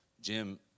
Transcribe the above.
Jim